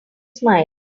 smile